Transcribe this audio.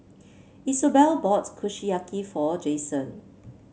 Isobel bought Kushiyaki for Jason